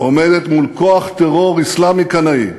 עומדת מול כוח טרור אסלאמי קנאי,